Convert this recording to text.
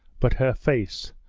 but her face,